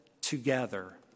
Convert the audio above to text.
together